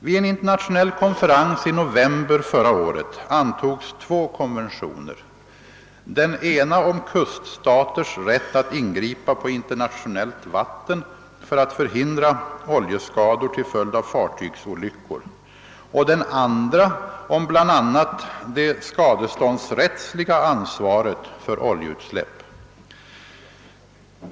Vid en internationell konferens i november förra året antogs två konventioner, den ena om kuststaters rätt att ingripa på internationellt vatten för att förhindra oljeskador till följd av fartygsolyckor och den andra om bl.a. det skadeståndsrättsliga ansvaret för oljeutsläpp.